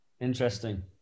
Interesting